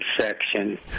section